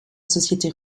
société